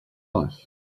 life